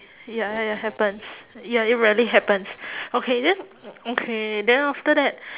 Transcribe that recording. ya ya it happens ya it really happens okay then okay then after that